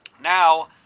Now